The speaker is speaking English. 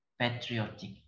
patriotic